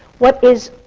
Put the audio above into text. what is,